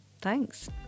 Thanks